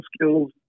skills